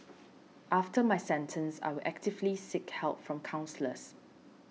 after my sentence I will actively seek help from counsellors